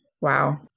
Wow